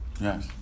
yes